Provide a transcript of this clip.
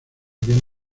habían